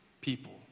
people